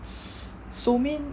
so min